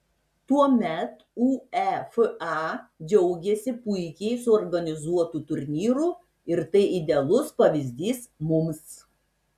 tuomet uefa džiaugėsi puikiai suorganizuotu turnyru ir tai idealus pavyzdys mums